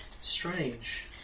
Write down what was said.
Strange